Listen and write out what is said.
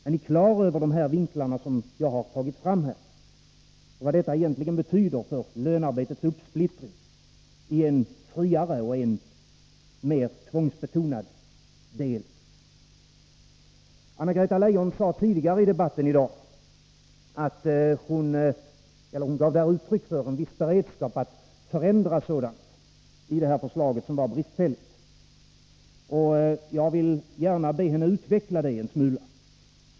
Är ni på det klara med det som jag här tagit fram och vad det betyder för lönarbetets uppsplittring i en friare och en mer tvångsbetonad del? Anna-Greta Leijon gav tidigare i debatten i dag uttryck för en viss beredskap att förändra sådant i förslaget som var bristfälligt. Jag vill gärna be henne utveckla det en smula.